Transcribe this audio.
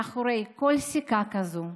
מאחורי כל סיכה כזאת,